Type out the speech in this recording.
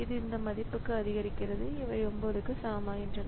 இது இந்த மதிப்புக்கு அதிகரிக்கிறது இவை 9 க்கு சமமாகின்றன